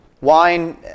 Wine